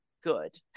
good